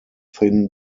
thin